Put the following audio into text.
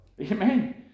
Amen